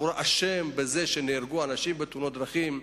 אשם בזה שנהרגו אנשים בתאונות דרכים.